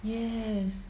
yes